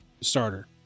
starter